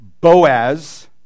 Boaz